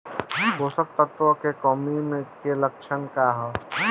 पोषक तत्व के कमी के लक्षण का वा?